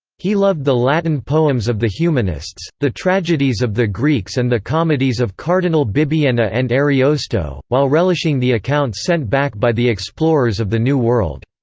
he loved the latin poems of the humanists, the tragedies of the greeks and the comedies of cardinal bibbiena and ariosto, while relishing the accounts sent back by the explorers of the new world.